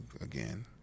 again